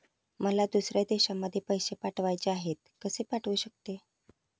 मला दुसऱ्या देशामध्ये पैसे पाठवायचे आहेत कसे पाठवू शकते?